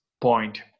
point